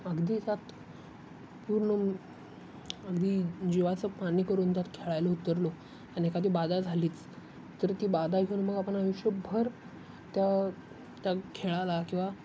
अगदी सात पूर्ण अगदी जिवाचं पाणी करून त्यात खेळायला उतरलो आणि एखादी बाधा झालीच तर ती बाधा घेऊन मग आपण आयुष्यभर त्या त्या खेळाला किंवा